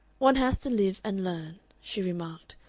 one has to live and learn, she remarked,